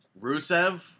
Rusev